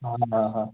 हां हां हां